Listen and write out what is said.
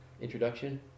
introduction